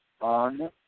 on